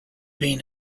been